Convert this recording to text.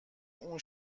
اون